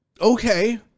Okay